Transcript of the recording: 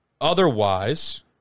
Otherwise